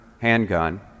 handgun